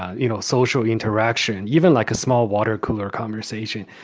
you know, social interaction, even like a small water cooler conversation,